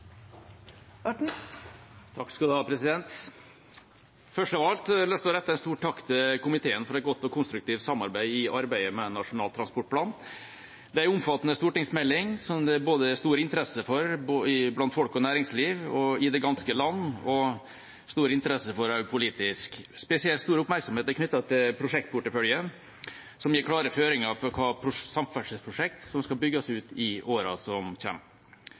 Først av alt har jeg lyst til å rette en stor takk til komiteen for et godt og konstruktivt samarbeid i arbeidet med Nasjonal transportplan. Det er en omfattende stortingsmelding som det er stor interesse for både blant folk og næringsliv i det ganske land og også politisk. Spesielt stor oppmerksomhet er knyttet til prosjektporteføljen, som gir klare føringer for hvilke samferdselsprosjekt som skal bygges ut i årene som